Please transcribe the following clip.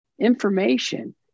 information